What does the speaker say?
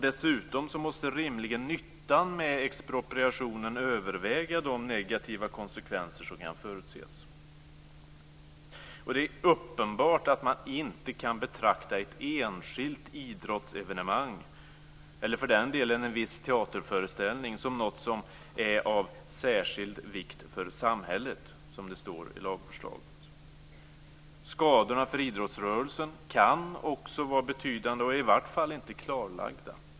Dessutom måste rimligen nyttan med expropriationen överväga de negativa konsekvenser som kan förutses. Det är uppenbart att man inte kan betrakta ett enskilt idrottsevenemang - eller för den delen en viss teaterföreställning - som något som är av "särskild vikt för samhället", som det står i lagförslaget. Skadorna för idrottsrörelsen kan också vara betydande och är i varje fall inte klarlagda.